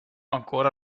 ancora